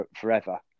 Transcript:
forever